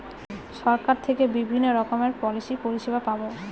সরকার থেকে বিভিন্ন রকমের পলিসি পরিষেবা পাবো